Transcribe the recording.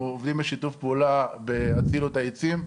אנחנו עובדים בשיתוף פעולה ב'הצילו את העצים'.